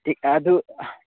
ꯑꯗꯨ